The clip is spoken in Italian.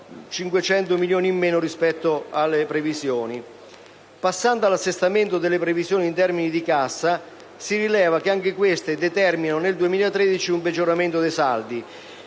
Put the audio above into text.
(500 milioni in meno rispetto alle previsioni). Passando all'assestamento delle previsioni in termini di cassa, si rileva che anche queste determinano, nel 2013, un peggioramento dei saldi.